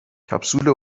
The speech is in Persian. کپسول